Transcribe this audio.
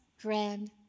grand